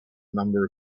number